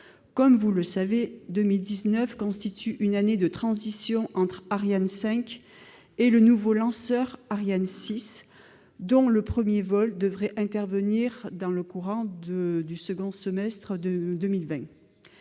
Comme vous le savez, l'année 2019 est une année de transition entre Ariane 5 et le nouveau lanceur Ariane 6, dont le premier vol devrait intervenir dans le courant du second semestre de 2020.